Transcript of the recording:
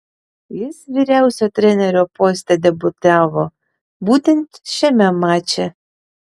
jis vyriausiojo trenerio poste debiutavo būtent šiame mače